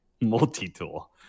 multi-tool